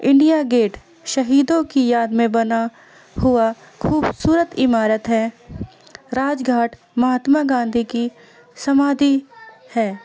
India Gate شہیدوں کی یاد میں بنا ہوا خوبصورت عمارت ہے راج گھاٹ مہاتما گاندھی کی سمادھی ہے